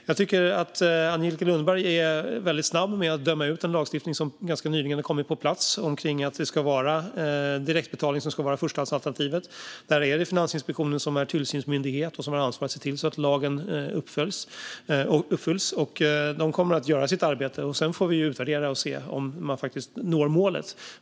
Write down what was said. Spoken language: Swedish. Jag tycker att Angelica Lundberg är väldigt snabb med att döma ut en lagstiftning som ganska nyligen har kommit på plats om att direktbetalning ska vara förstahandsalternativet. Där är det Finansinspektionen som är tillsynsmyndighet och har ansvar för att se till att lagen uppfylls. De kommer att göra sitt arbete. Sedan får vi utvärdera och se om man når målet.